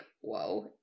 whoa